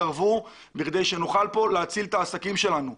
תתערבו כדי שנוכל להציל את העסקים שלנו,